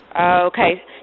Okay